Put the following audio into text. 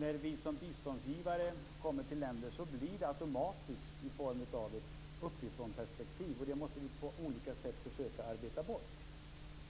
När vi som biståndsgivare kommer till andra länder blir det automatiskt ett uppifrånperspektiv. Det måste vi på olika sätt försöka att arbeta bort